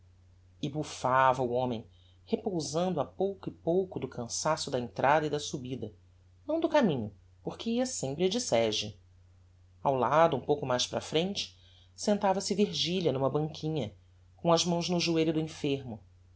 e bufava o homem repousando a pouco e pouco do cançaço da entrada e da subida não do caminho porque ia sempre de sege ao lado um pouco mais para a frente sentava-se virgilia n'uma banquinha com as mãos nos joelhos do enfermo